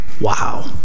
wow